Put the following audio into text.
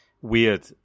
weird